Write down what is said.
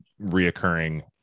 reoccurring